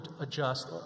adjust—